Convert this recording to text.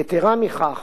יתירה מכך,